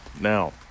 Now